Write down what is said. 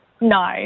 No